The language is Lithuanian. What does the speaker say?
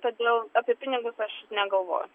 todėl apie pinigus aš negalvoju